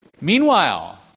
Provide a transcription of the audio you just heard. Meanwhile